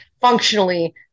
functionally